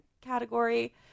category